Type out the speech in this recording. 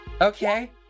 Okay